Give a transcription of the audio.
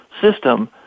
system